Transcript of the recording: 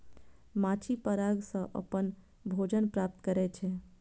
माछी पराग सं अपन भोजन प्राप्त करै छै